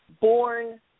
born